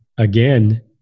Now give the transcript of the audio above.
again